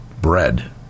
bread